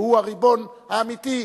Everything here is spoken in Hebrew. שהוא הריבון האמיתי,